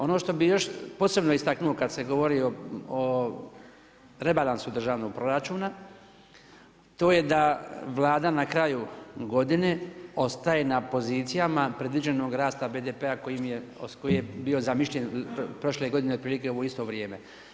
Ono što bih još posebno istaknuo kada se govori o rebalansu državnog proračuna to je da Vlada na kraju godine ostaje na pozicijama predviđenog rasta BDP-a koji je bio zamišljen prošle godine otprilike u ovo isto vrijeme.